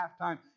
halftime